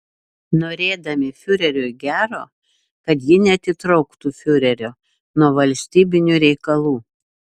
norėdami fiureriui gero kad ji neatitrauktų fiurerio nuo valstybinių reikalų